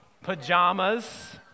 Pajamas